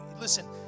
Listen